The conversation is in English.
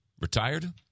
retired